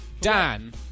Dan